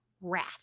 wrath